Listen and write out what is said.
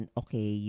okay